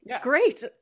great